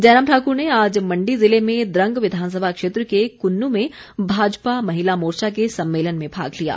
जयराम ठाक्र ने आज मण्डी ज़िले में द्रंग विधानसभा क्षेत्र के कुन्नू में भाजपा महिला मोर्चा के सम्मेलन में भाग लिया